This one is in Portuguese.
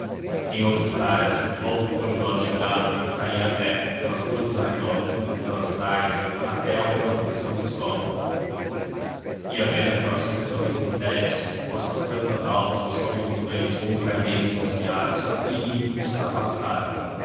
em outras tardes logo que polidoro chegava saía a pé pelas ruas dos arredores pelas praias até o campo de são cristóvão ia vendo aquela sucessão de cemitérios com as suas campas alvas que sobem montanhas como carneiros tosquiados e limpos